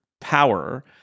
power